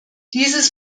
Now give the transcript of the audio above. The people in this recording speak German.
dieses